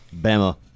Bama